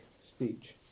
speech